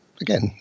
again